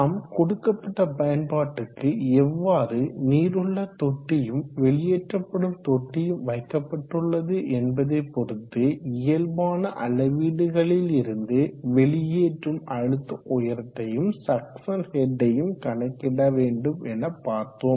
நாம் கொடுக்கப்பட்ட பயன்பாட்டுக்கு எவ்வாறு நீர் உள்ள தொட்டியும் வெளியேற்றப்படும் தொட்டியும் வைக்கப்பட்டுள்ளது என்பதை பொறுத்து இயல்பான அளவீடுகளிலிருந்து வெளியேற்றும் அழுத்த உயரத்தையும் சக்சன் ஹெட் யையும் கணக்கிட வேண்டும் என பார்த்தோம்